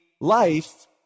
life